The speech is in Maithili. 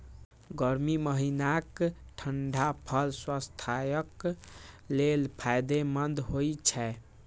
गर्मी महीनाक ठंढा फल स्वास्थ्यक लेल फायदेमंद होइ छै